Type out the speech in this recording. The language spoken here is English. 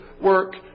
work